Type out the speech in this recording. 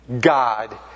God